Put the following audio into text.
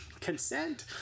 consent